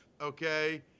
okay